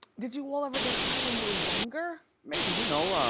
did you all ever get high when you were younger? maybe, you know,